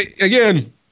again